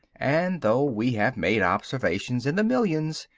and though we have made observations in the millions,